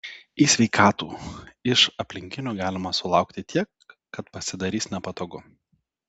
į sveikatų iš aplinkinių galima sulaukti tiek kad pasidarys nepatogu